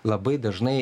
labai dažnai